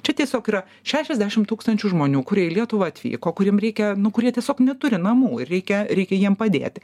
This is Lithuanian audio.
čia tiesiog yra šešiasdešim tūkstančių žmonių kurie į lietuvą atvyko kuriem reikia nu kurie tiesiog neturi namų reikia reikia jiem padėt